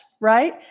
right